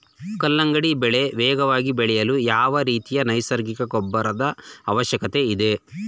ಕಲ್ಲಂಗಡಿ ಬೆಳೆ ವೇಗವಾಗಿ ಬೆಳೆಯಲು ಯಾವ ರೀತಿಯ ನೈಸರ್ಗಿಕ ಗೊಬ್ಬರದ ಅವಶ್ಯಕತೆ ಇದೆ?